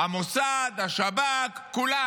אתה בעצמך הרגשת חסר השפעה והרגשת שאתה צריך לעזוב.